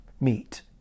meet